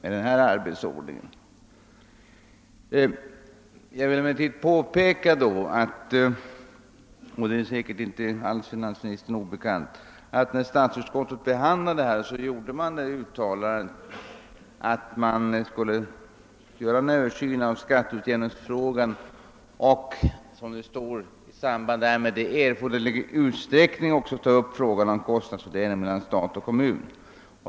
Jag vill emellertid påpeka att — det är säkerligen inte finansministern obekant — när statsutskottet behandlade frågan, så förordade utskottet att en parlamentariskt sammansatt utredning skulle få i uppdrag att göra en Översyn av skatteutjämningsfrågan och att »i samband därmed i härför erforderlig omfattning ta upp till övervägande frågan om kostnadsfördelningen mellan stat och kommun».